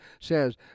says